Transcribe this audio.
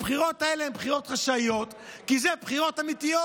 הבחירות האלה הן בחירות חשאיות כי אלו בחירות אמיתיות.